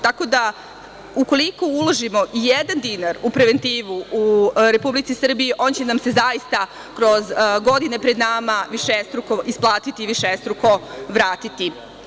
Tako da, ukoliko uložimo i jedan dinar u preventivu u Republici Srbiji, on će nam se zaista kroz godine pred nama višestruko isplatiti i višestruko vratiti.